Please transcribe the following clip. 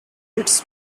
its